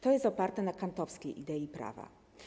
To jest oparte na kantowskiej idei prawa.